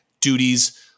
duties